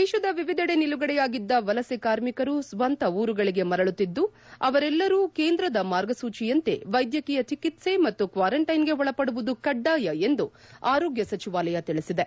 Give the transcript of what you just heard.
ದೇಶದ ವಿವಿಧೆಡೆ ನಿಲುಗಡೆಯಾಗಿದ್ದ ವಲಸೆ ಕಾರ್ಮಿಕರು ಸ್ಲಂತ ಉರುಗಳಿಗೆ ಮರಳುತ್ತಿದ್ದು ಅವರೆಲ್ಲರೂ ಕೇಂದ್ರದ ಮಾರ್ಗಸೂಚಿಯಂತೆ ವೈದ್ಯಕೀಯ ಚಿಕಿತ್ಪೆ ಮತ್ತು ಕ್ವಾರಂಟೈನ್ಗೆ ಒಳಪದುವುದು ಕಡ್ಡಾಯ ಎಂದು ಆರೋಗ್ಯ ಸಚಿವಾಲಯ ತಿಳಿಸಿದೆ